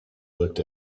looked